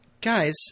guys